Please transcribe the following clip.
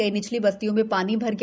कई निचली बस्तियों में पानी भर गया